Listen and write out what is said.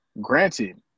Granted